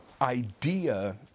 idea